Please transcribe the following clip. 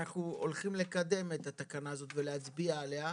אנחנו הולכים לקדם את התקנה הזאת ולהצביע עליה.